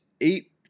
eight